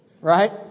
right